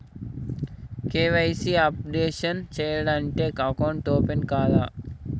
KYC updation చేయకుంటే account open కాదా?